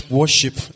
worship